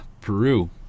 Peru